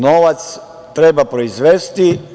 Novac treba proizvesti.